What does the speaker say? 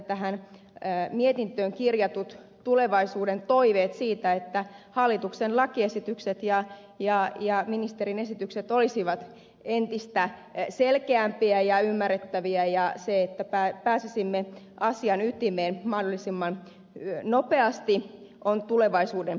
tähän mietintöön kirjatut ajatukset siitä että hallituksen lakiesitykset ja ministerin esitykset olisivat entistä selkeämpiä ja ymmärrettäviä ja pääsisimme asian ytimeen mahdollisimman nopeasti ovat tulevaisuuden toiveita